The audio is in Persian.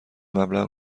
مبلغ